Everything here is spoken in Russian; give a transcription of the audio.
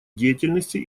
деятельности